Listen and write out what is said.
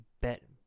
bet